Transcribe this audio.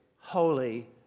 holy